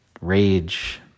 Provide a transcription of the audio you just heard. rage